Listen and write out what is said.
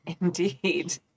Indeed